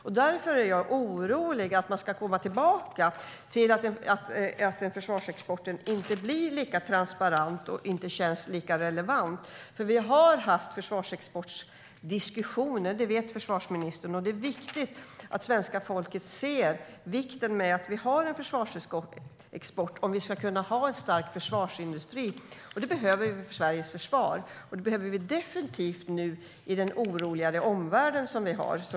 Jag är orolig för att man ska komma tillbaka till en situation där försvarsexporten inte blir lika transparent och inte känns lika relevant. Vi har nämligen haft försvarsexportsdiskussioner - det vet försvarsministern. Det är viktigt att svenska folket ser vikten av att vi har en försvarsexport om vi ska kunna ha en stark försvarsindustri. Det behöver vi för Sveriges försvar, och det behöver vi definitivt nu med den oroliga omvärld som vi har.